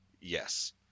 Yes